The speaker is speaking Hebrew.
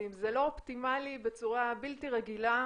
ואם זה לא אופטימלי בצורה בלתי רגילה,